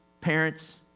parents